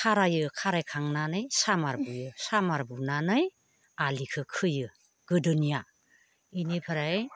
खारायो खाराय खांनानै सामार बुयो सामार बुनानै आलिखौ खोयो गोदोनिया बेनिफ्राय